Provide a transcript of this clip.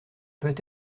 peut